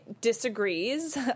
disagrees